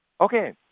Okay